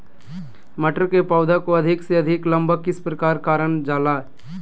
मटर के पौधा को अधिक से अधिक लंबा किस प्रकार कारण जाला?